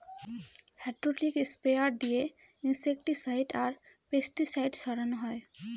hydraulic sprayer দিয়ে insecticide আর pesticide ছড়ানো হয়